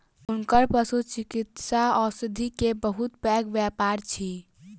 हुनकर पशुचिकित्सा औषधि के बहुत पैघ व्यापार अछि